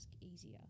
easier